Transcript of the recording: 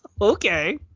Okay